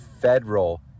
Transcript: federal